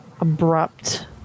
abrupt